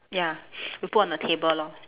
ya we put on the table lor